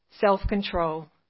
self-control